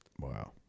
wow